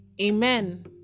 amen